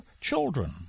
children